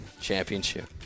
championship